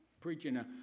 preaching